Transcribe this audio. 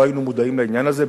לא היינו מודעים לעניין הזה,